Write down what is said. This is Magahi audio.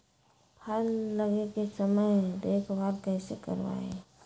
फल लगे के समय देखभाल कैसे करवाई?